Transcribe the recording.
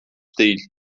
değil